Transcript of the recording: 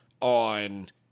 on